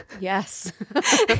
yes